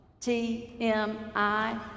T-M-I